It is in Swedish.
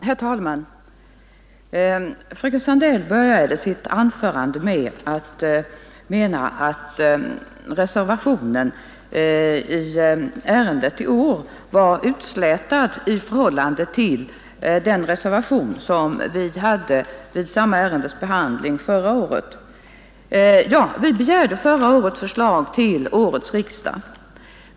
Herr talman! Fröken Sandell började sitt anförande med att säga att reservationen i ärendet i år var utslätad i förhållande till den reservation som vi avgav vid samma ärendes behandling förra året. Vi begärde då förslag till årets riksdag.